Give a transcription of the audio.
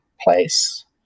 Place